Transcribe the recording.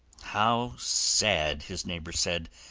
how sad, his neighbors said,